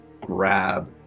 grab